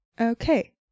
Okay